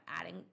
adding